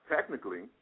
Technically